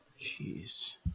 Jeez